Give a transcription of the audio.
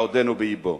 בעודו באבו.